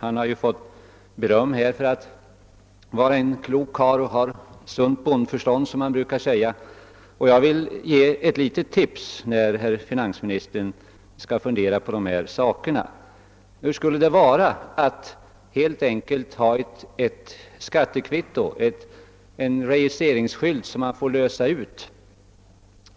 Han har ju fått beröm här för att han är en klok karl med sunt bondförstånd, som man brukar säga. Jag vill ge ett litet tips när herr finansministern skall fundera på dessa saker. Hur skulle det vara att helt enkelt ha ett skattekvitto i form av en registreringsskylt som man får lösa ut